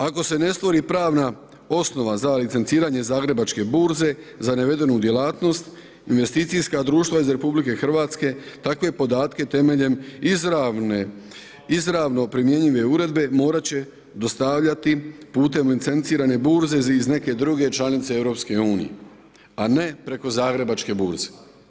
Ako se ne stvori pravna osnova za licenciranje Zagrebačke burze za navedenu djelatnost investicijska društva iz RH takve podatke temeljem izravno primjenjive uredbe morat će dostavljati putem licencirane burze iz neke druge članice EU, a ne preko Zagrebačke burze.